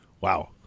Wow